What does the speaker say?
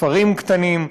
כפרים קטנים,